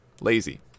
lazy